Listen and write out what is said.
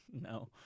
No